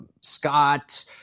Scott